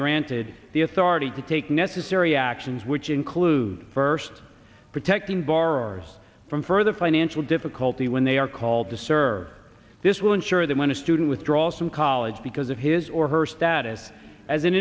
granted the authority to take necessary actions which include first protecting borrowers from further financial difficulty when they are called to serve this will ensure that when a student withdraws from college because of his or her status as an